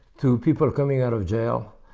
to people coming out of jail,